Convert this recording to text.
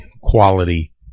quality